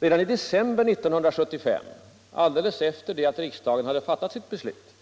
Redan i december 1975, alldeles efter det att riksdagen fattat sitt beslut